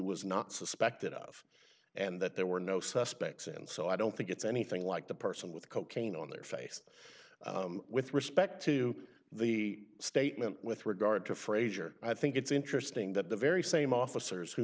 was not suspected of and that there were no suspects and so i don't think it's anything like the person with cocaine on their face with respect to the statement with regard to frazier i think it's interesting that the very same officers who